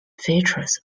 features